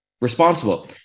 responsible